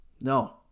No